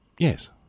Yes